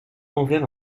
envers